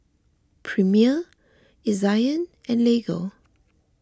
Premier Ezion and Lego